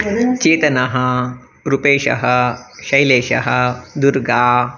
चेतनः रुपेशः शैलेशः दुर्गा